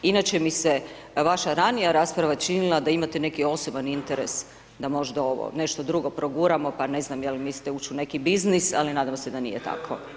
Inače mi se vaša ranija rasprava činila da imate neki osoban interes da možda ovo, nešto drugo proguramo, pa, ne znam, jel mislite ući u neki biznis, ali nadam se da nije tako.